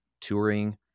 touring